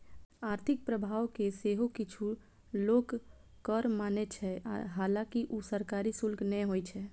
आर्थिक प्रभाव कें सेहो किछु लोक कर माने छै, हालांकि ऊ सरकारी शुल्क नै होइ छै